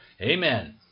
Amen